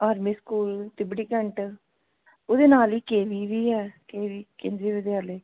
army school Tibri cantt ਉਹਦੇ ਨਾਲ ਹੀ ਕੇ ਵੀ ਵੀ ਹੈ ਕੇ ਵੀ ਕੇਂਦਰੀ ਵਿਦਿਆਲਿਆ